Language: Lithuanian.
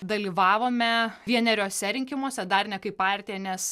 dalyvavome vieneriuose rinkimuose dar ne kaip partija nes